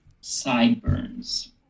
sideburns